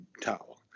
towel